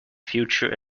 future